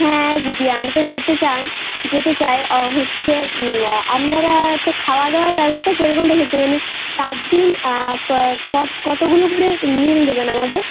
হ্যাঁ দিদি আমি তো যেতে চান যেতে চাই আর হচ্ছে আপনারা তো খাওয়া দাওয়ার ব্যবস্থা কীরকম রেখেছেন মানে সাত দিন কতোগুলো করে মিল দেবেন আমাদের